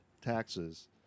taxes